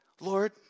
Lord